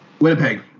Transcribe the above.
Winnipeg